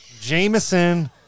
Jameson